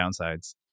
downsides